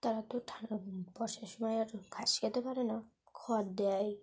তারা তো ঠা বর্ষার সময় আর ঘাস খেতে পারে না খড় দেয়